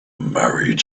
married